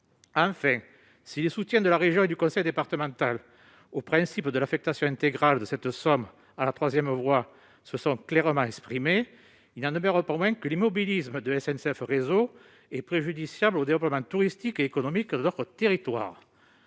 Enfin, si le soutien de la région comme du conseil départemental au principe de l'affectation intégrale de cette somme à la troisième voie a été clairement exprimé, il n'en demeure pas moins que l'immobilisme de SNCF Réseau est préjudiciable au développement touristique et économique de notre territoire.